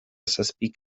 zazpik